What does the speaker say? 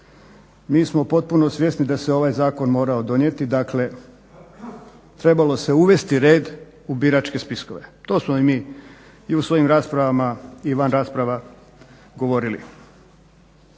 Mi smo potpuno svjesni da se ovaj zakon morao donijeti, dakle trebalo se uvesti red u biračke spiskove. To smo i mi i u svojim raspravama i van rasprava govorili.